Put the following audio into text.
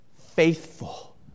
Faithful